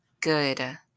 good